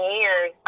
years